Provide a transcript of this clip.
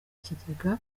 kigega